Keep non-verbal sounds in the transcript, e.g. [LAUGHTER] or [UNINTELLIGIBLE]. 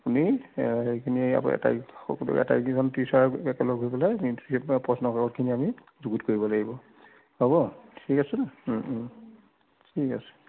আপুনি সেইখিনি [UNINTELLIGIBLE] সকলোৱে আটাইকেইজন টিছাৰ একেলগ হৈ পেলাই [UNINTELLIGIBLE] আপোনাৰ প্ৰশ্ন কাকতখিনি আমি যুগুত কৰিব লাগিব হ'ব ঠিক আছেনে ঠিক আছে